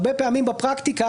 הרבה פעמים בפרקטיקה,